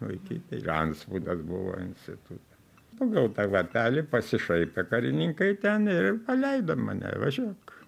laikyti ir antspaudas buvo instituto pagal tą lapelį pasišaipė karininkai ten ir paleido mane važiuok